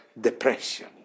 depression